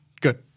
good